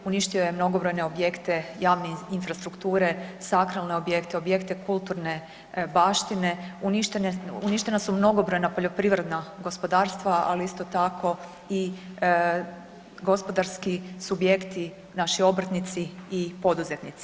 Uništio je mnogobrojne objekte javne infrastrukture, sakralne objekte, objekte kulturne baštine, uništena su mnogobrojna poljoprivredna gospodarstva ali isto tako i gospodarski subjekti, naši obrtnici i poduzetnici.